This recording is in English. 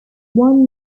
one